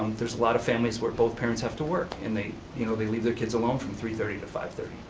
there's a lot of families where both parents have to work, and they you know they leave their kids alone from three thirty to five thirty.